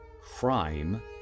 crime